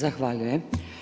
Zahvaljujem.